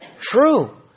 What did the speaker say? true